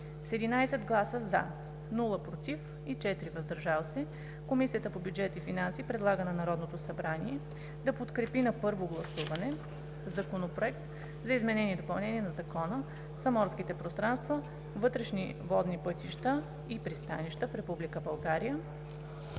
С 11 гласа „за“, без „против“ и 4 „въздържал се“ Комисията по бюджет и финанси предлага на Народното събрание да подкрепи на първо гласуване Законопроект за изменение и допълнение на Закона за морските пространства, вътрешни водни пътища и пристанища в Република